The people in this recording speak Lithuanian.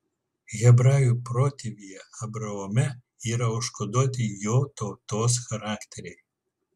hebrajų protėvyje abraome yra užkoduoti jo tautos charakteriai